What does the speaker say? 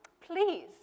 Please